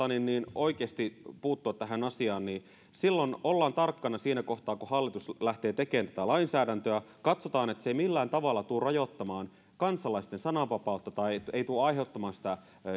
oikeasti puuttua tähän asiaan niin silloin olemme tarkkana siinä kohtaa kun hallitus lähtee tekemään tätä lainsäädäntöä katsotaan että se ei millään tavalla tule rajoittamaan kansalaisten sananvapautta tai tule aiheuttamaan sitä